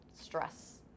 stress